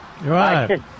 Right